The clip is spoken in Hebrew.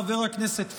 חבר הכנסת פוגל,